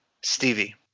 Stevie